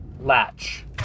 Latch